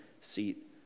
seat